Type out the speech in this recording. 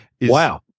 Wow